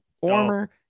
former